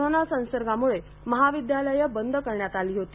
corona संसर्गामुळे महाविद्यालये बंद करण्यात आली होती